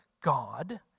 God